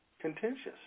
contentious